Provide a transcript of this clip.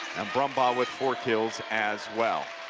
and brumbaugh with four kills as well.